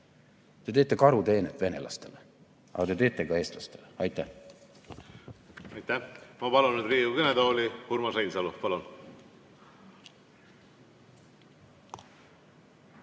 Te teete karuteene venelastele. Aga te teete ka eestlastele. Aitäh! Aitäh! Ma palun nüüd Riigikogu kõnetooli Urmas Reinsalu. Jah,